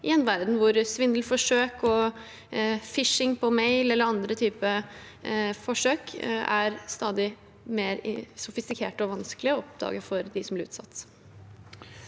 i en verden hvor svindelforsøk, phishing på mail eller andre typer forsøk er stadig mer sofistikerte og vanskelige å oppdage for dem som blir utsatt.